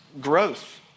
growth